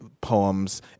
poems